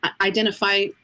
identify